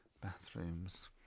bathrooms